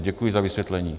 Děkuji za vysvětlení.